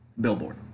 Billboard